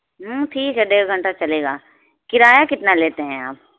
ہوں ٹھیک ہے ڈیڑھ گھنٹہ چلے گا کرایہ کتنا لیتے ہیں آپ